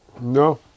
No